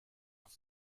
auf